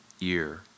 ear